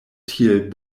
tiel